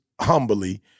humbly